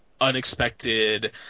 unexpected